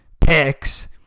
picks